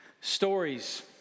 Stories